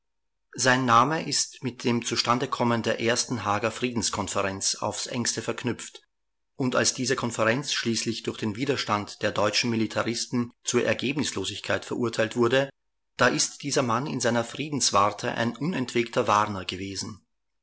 sein name ist mit dem zustandekommen der ersten haager friedenskonferenz aufs engste verknüpft und als diese konferenz schließlich durch den widerstand der deutschen militaristen zur ergebnislosigkeit verurteilt wurde da ist dieser mann in seiner friedenswarte ein unentwegter warner gewesen